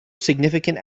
significant